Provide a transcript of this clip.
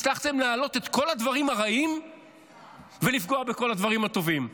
הצלחתם להעלות את כל הדברים הרעים ולפגוע בכל הדברים הטובים,